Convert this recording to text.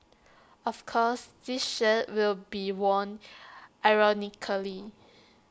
of course this shirt will be worn ironically